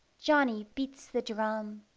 johnnie beats the drum.